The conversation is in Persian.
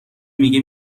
میگه